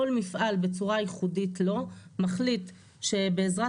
כל מפעל בצורה ייחודית לו מחליט שבעזרת